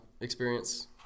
experience